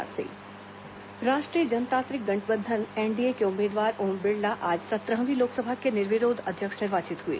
ओम बिड़ला लोकसभा अध्यक्ष राष्ट्रीय जनतांत्रिक गठबंधन एनडीए के उम्मीदवार ओम बिड़ला आज सत्रहवीं लोकसभा के निर्विरोध अध्यक्ष निर्वाचित हुए